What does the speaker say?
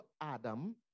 Adam